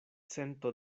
cento